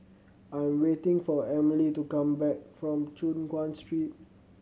I am waiting for Emely to come back from Choon Guan Street